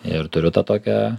ir turiu tą tokią